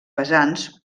pesants